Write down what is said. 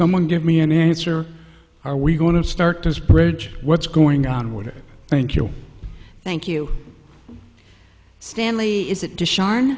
someone give me an answer are we going to start this bridge what's going on with it thank you thank you stanley is it to sha